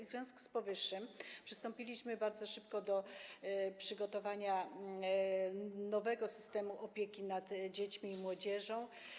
W związku z powyższym przystąpiliśmy bardzo szybko do przygotowania nowego systemu opieki nad dziećmi i młodzieżą.